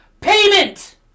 Payment